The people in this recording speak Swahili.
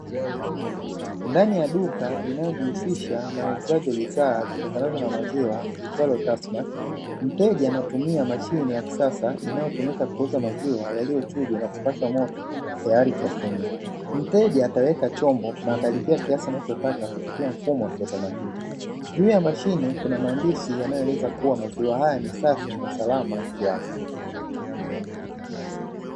Ndani ya duka linalojihusisha na uuzaji wa bidhaa zitokanazo na maziwa liitwalo "TASSMATT". Mteja anatumia mashine ya kisasa inayotumika kuweka maziwa yaliyochujwa na kupashwa moto, tayari kwa kunywa. Mteja ataweka chombo na atalipia kiasi anachotaka kwa mfumo wa kiautomatiki. Juu ya mashine kuna maandishi yanayoeleza kuwa maziwa hayo ni safi na salama kiafya.